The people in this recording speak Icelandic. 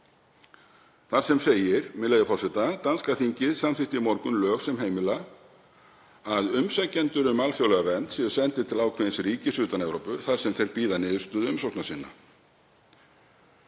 þar sem segir, með leyfi forseta: „Danska þingið samþykkti í morgun lög sem heimila að umsækjendur um alþjóðlega vernd séu sendir til ákveðins ríkis utan Evrópu þar sem þeir bíða niðurstöðu umsókna sinna.